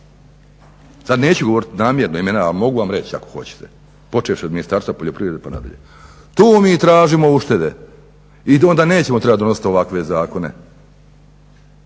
Sad neću govoriti namjerno imena, a mogu vam reći ako hoćete počevši od Ministarstva poljoprivrede pa nadalje. Tu mi tražimo uštede i onda nećemo trebati donositi ovakve zakone.